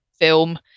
film